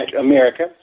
America